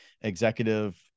executive